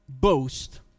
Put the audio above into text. boast